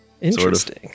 Interesting